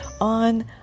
on